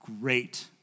Great